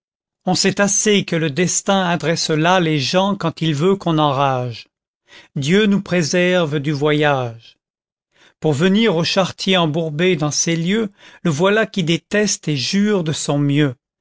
on sait assez que le destin adresse là les gens quand il veut qu'on enrage dieu nous préserve du voyage pour venir au chartier embourbé dans ces lieux le voilà qui déteste el jure de sou mieux